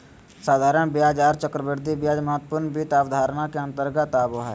साधारण ब्याज आर चक्रवृद्धि ब्याज महत्वपूर्ण वित्त अवधारणा के अंतर्गत आबो हय